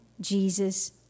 Jesus